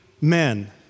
men